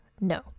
no